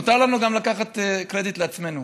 מותר לנו גם לקחת קרדיט לעצמנו.